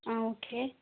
okay